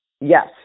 Yes